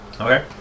Okay